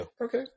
Okay